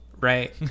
right